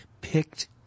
picked